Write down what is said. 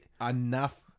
Enough